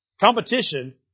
Competition